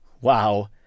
Wow